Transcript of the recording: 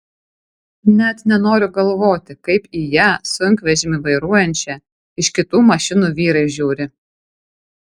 net nenoriu galvoti kaip į ją sunkvežimį vairuojančią iš kitų mašinų vyrai žiūri